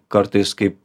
kartais kaip